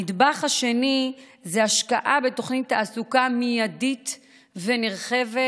הנדבך השני זה השקעה בתוכנית תעסוקה מיידית ונרחבת,